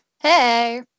Hey